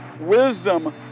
wisdom